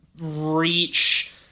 reach